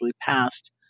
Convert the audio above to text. passed